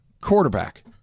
Quarterback